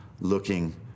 looking